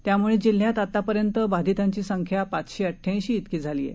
यामुळे जिल्ह्यात आतापर्यंत बाधितांची संख्या पाचशे अड्डयाऐंशी इतकी झाली आहे